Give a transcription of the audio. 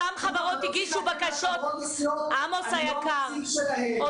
אותן חברות הגישו בקשות ----- אני לא הנציג שלהן.